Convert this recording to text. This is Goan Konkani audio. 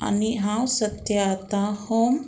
आनी हांव सद्या आतां होम